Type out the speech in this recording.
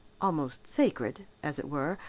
almost sacred as it were,